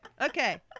Okay